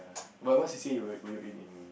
well what c_c_a were were you in in